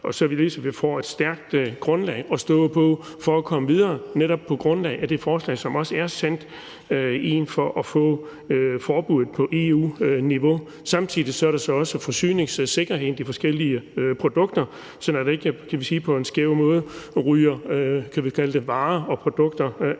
får et stærkt grundlag at stå på, så vi kan komme videre netop på grundlag af det forslag, som også er sendt til EU for at få forbuddet på EU-niveau. Samtidig er der også forsyningssikkerheden i forhold til de forskellige produkter, så man ikke, kan man sige, på en skæv måde rydder varer og produkter af